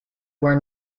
where